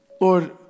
Lord